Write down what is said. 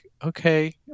okay